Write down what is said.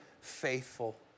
faithful